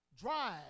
Drive